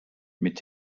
mit